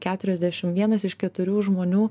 keturiasdešim vienas iš keturių žmonių